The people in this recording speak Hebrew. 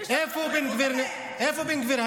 איפה בן גביר היה?